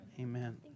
Amen